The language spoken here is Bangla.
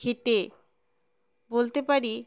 হেঁটে বলতে পারি